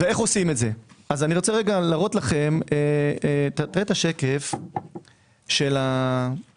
איך עושים את זה - נראה את השקף הידני.